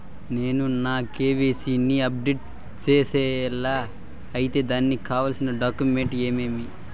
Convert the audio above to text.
నేను నా కె.వై.సి ని అప్డేట్ సేయాలా? అయితే దానికి కావాల్సిన డాక్యుమెంట్లు ఏమేమీ?